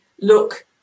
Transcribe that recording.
look